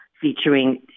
featuring